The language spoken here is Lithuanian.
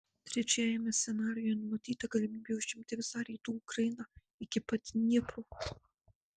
trečiajame scenarijuje numatyta galimybė užimti visą rytų ukrainą iki pat dniepro